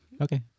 Okay